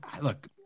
look